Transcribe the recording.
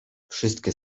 wszystkie